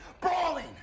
brawling